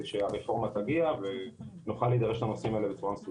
שהרפורמה תגיע ונוכל להידרש לנושאים האלה בצורה מסודרת.